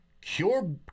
cure